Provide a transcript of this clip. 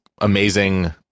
amazing